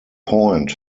point